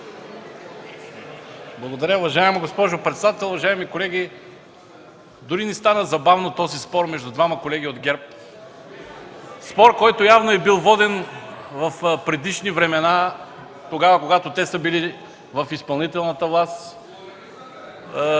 Благодаря. Уважаема госпожо председател, уважаеми колеги! Дори ми стана забавно от този спор между двама колеги от ГЕРБ, явно спор, воден в предишни времена, когато те са били в изпълнителната власт.